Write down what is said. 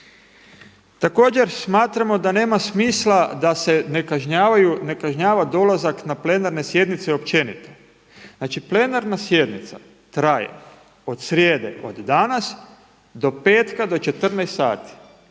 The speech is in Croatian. Također smatramo da nema smisla da se ne kažnjava dolazak na plenarne sjednice općenito. Znači plenarna sjednica traje od srijede od danas do petka do 14,00 sati,